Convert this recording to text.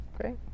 great